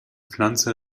pflanze